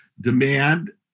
demand